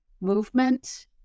movement